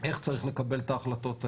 איך צריך לקבל את ההחלטות האלה?